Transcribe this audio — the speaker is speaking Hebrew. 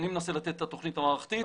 אני מנסה לתת את התוכנית המערכתית,